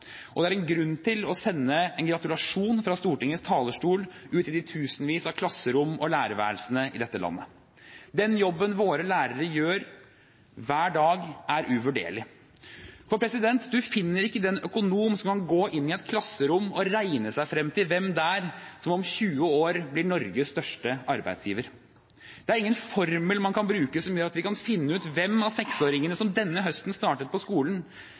og det er grunn til å sende en gratulasjon fra Stortingets talerstol ut i de tusenvis av klasserom og lærerværelser i dette landet. Den jobben våre lærere gjør hver dag, er uvurderlig. Du finner ikke den økonom som kan gå inn i et klasserom og regne seg frem til hvem der som om 20 år blir Norges største arbeidsgiver. Det er ingen formel man kan bruke som gjør at vi kan finne ut hvem av seksåringene som denne høsten startet på skolen,